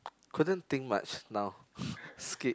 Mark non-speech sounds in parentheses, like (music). couldn't think much now (laughs) skip